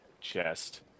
chest